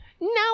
No